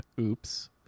Oops